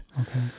okay